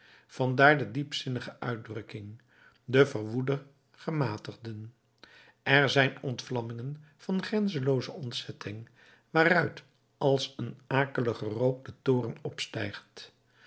vandaar de diepzinnige uitdrukking de verwoede gematigden er zijn ontvlammingen van grenzenlooze ontzetting waaruit als een akelige rook de toorn opstijgt